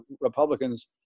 Republicans